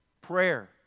Prayer